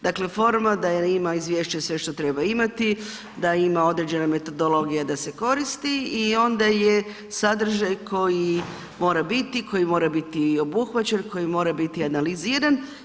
Dakle forma je da izvješće ima sve što treba imati, da imati određena metodologija da se koristi i onda je sadržaj koji mora biti, koji mora biti obuhvaćen, koji mora biti analiziran.